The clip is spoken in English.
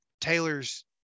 Taylor's